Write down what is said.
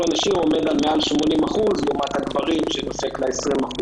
הנשים עומד על מעל 80% לעומת הגברים ששיעורם נושק ל-20%,